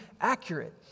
accurate